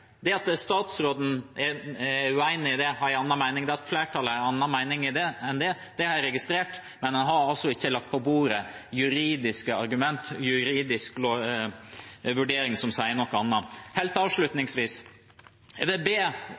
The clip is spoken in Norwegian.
foreligger. At statsråden er uenig i det og har en annen mening, at flertallet har en annen mening, har jeg registrert, men en har altså ikke lagt på bordet juridiske argument, en juridisk vurdering som sier noe annet. Helt avslutningsvis: